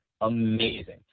amazing